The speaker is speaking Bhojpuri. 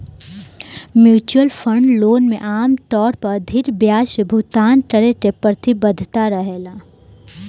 म्युचुअल फंड लोन में आमतौर पर अधिक ब्याज के भुगतान करे के प्रतिबद्धता रहेला